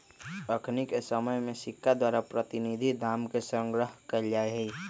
अखनिके समय में सिक्का द्वारा प्रतिनिधि दाम के संग्रह कएल जाइ छइ